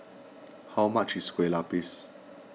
how much is Kueh Lupis